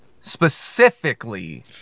specifically